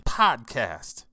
podcast